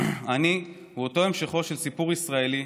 אני הוא אותו המשכו של סיפור ישראלי,